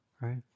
right